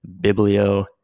Biblio